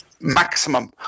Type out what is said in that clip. maximum